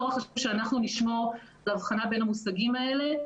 שאנחנו נשמור על הבחנה בין המושגים האלה.